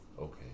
Okay